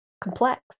complex